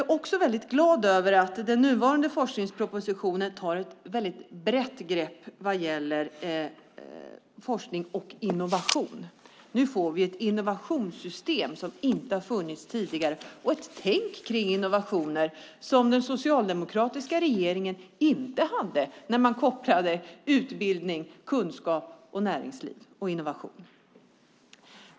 Jag är också glad över att den nuvarande forskningspropositionen tar ett brett grepp vad gäller forskning och innovation. Nu får vi ett innovationssystem som inte har funnits tidigare och ett tänk kring innovationer som den socialdemokratiska regeringen inte hade när man kopplade ihop utbildning, kunskap, näringsliv och innovation.